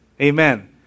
Amen